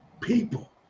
people